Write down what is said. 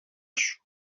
σου